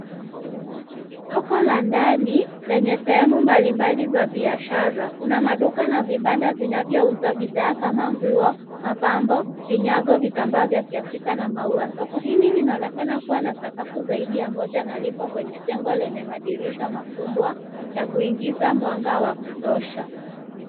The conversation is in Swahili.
Ni soko la ndani lenye sehemu mbalimbali za biashara. Kuna maduka na vibanda vinavyouza bidhaa kama nguo, mapambo, vinyago, vitambaa vya kiafrika na maua. Soko hili linaonekana kuwa na sakafu zaidi ya moja na lipo kwenye jengo lenye madirisha makubwa ya kuingiza mwanga wa kutosha.